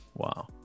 Wow